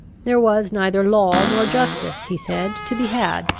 there was neither law nor justice, he said, to be had,